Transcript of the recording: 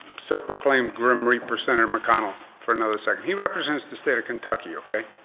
so proclaimed grip reaper, senator mcconnell for another second. he represents the state of kentucky okay.